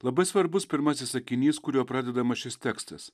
labai svarbus pirmasis sakinys kuriuo pradedamas šis tekstas